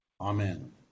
Amen